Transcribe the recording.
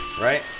right